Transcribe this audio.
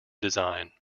design